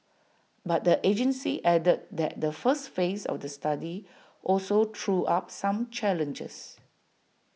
but the agency added that the first phase of the study also threw up some challenges